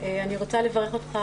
רוצה לברך אותך,